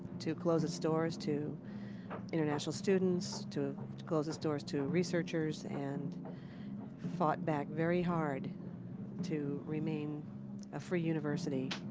to close its doors to international students, to close its doors to researchers, and fought back very hard to remain a free university.